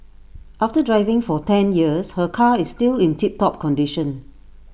after driving for ten years her car is still in tip top condition